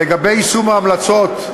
לגבי יישום ההמלצות,